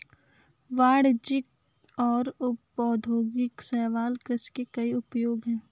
वाणिज्यिक और औद्योगिक शैवाल कृषि के कई उपयोग हैं